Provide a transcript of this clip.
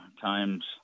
times